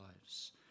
lives